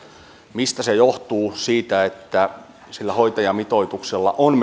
mistä se johtuu siitä että sillä hoitajamitoituksella on